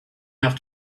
have